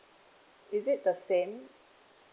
is it the same